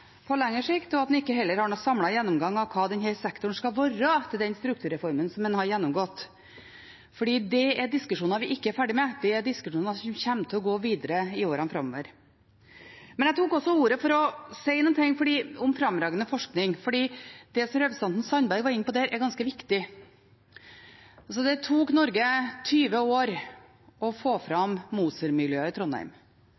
på lengre sikt. Det tredje er at en ikke har en samlet gjennomgang av hva denne sektoren skal være etter den strukturreformen som en har gjennomgått. Dette er diskusjoner vi ikke er ferdig med, og som kommer til å gå videre i årene framover. Jeg tok også ordet for å si noe om fremragende forskning, for det som representanten Nina Sandberg var inne på i den sammenheng, er ganske viktig. Det tok Norge 20 år å få